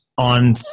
on